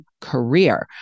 career